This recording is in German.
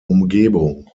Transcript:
umgebung